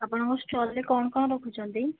ଆପଣଙ୍କ ଷ୍ଟଲ୍ ରେ କ'ଣ କ'ଣ ରଖୁଛନ୍ତି